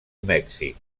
mèxic